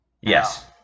Yes